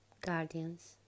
guardians